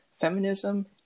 feminism